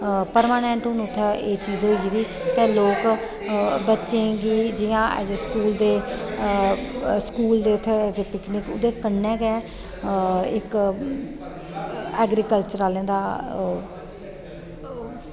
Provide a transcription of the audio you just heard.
permanent हून उत्थें एह् चीज़ होई गेदी ते लोक बच्चें गी जियां एज ए स्कूल दे स्कूल दे उत्थें एज ए पिकनिक ओह्दे कन्नै गै इक ऐग्रीकल्चर आह्लें दा ओह्